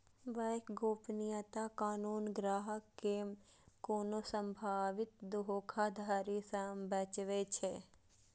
bank गोपनीयता कानून ग्राहक कें कोनो संभावित धोखाधड़ी सं बचाबै छै